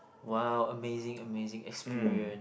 !wow! amazing amazing experience